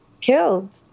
killed